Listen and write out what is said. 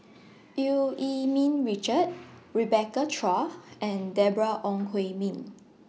EU Yee Ming Richard Rebecca Chua and Deborah Ong Hui Min